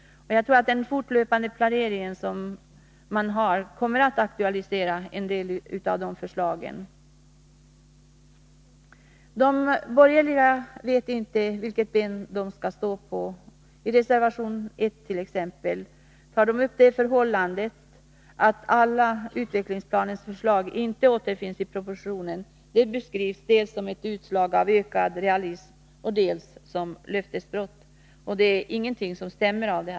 Och jag tror att den fortlöpande planering som vi har kommer att aktualisera en del av de förslagen. De borgerliga vet inte vilket ben de skall stå på, t.ex. i reservation 1. Där tar de upp det förhållandet att utvecklingsplanens samtliga förslag inte återfinns i propositionen. Det beskrivs dels som ett utslag av ökad realism, dels som ett löftesbrott. Det är inget av detta som stämmer.